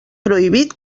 prohibit